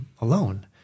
alone